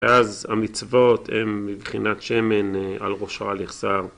‫ואז המצוות הם, מבחינת שמן, ‫על ראשו הלכסר.